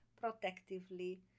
protectively